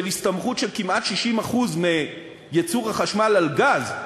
של הסתמכות של כמעט 60% מייצור החשמל על גז,